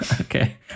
Okay